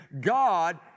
God